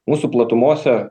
mūsų platumose